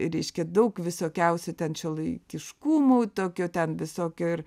reiškia daug visokiausių ten šiuolaikiškumų tokio ten visokio ir